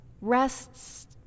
rests